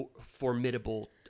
formidable